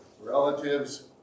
relatives